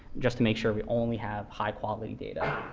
just to make sure we only have high-quality data.